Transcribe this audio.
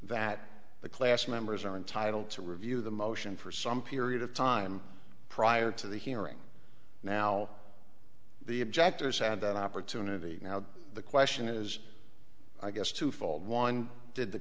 that the class members are entitled to review the motion for some period of time prior to the hearing now the objectors had an opportunity now the question is i guess twofold one did the